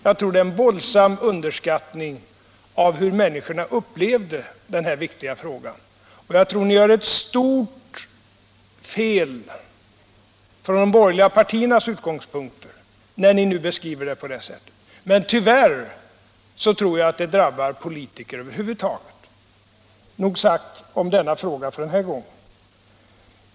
Jag tror att det är en våldsam underskattning av hur människorna upplevde den här viktiga frågan, och jag tror att ni gör ett stort fel ur de borgerliga partiernas synpunkt, när ni nu beskriver kärnkraftsfrågan på det sättet. Men tyvärr tror jag Allmänpolitisk debatt 9” Allmänpolitisk debatt att det drabbar politiker över huvud taget. — Nog sagt om denna fråga för den här gången.